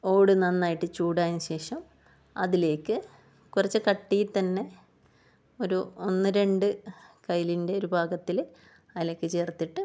ഓട് നന്നായിട്ട് ചൂടായതിന് ശേഷം അതിലേക്ക് കുറച്ചു കട്ടിയിൽ തന്നെ ഒരു ഒന്ന് രണ്ട് കൈയിലിൻ്റെ ഒരു പാകത്തിൽ അതിലേക്ക് ചേർത്തിട്ട്